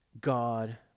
God